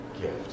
gift